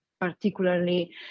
particularly